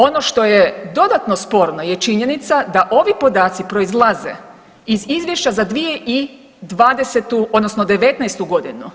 Ono što je dodatno sporno je činjenica da ovi podaci proizlaze iz izvješća za 2020. odnosno '19. godinu.